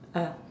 ah